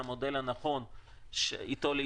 המודל הנכון להתקדם,